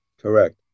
Correct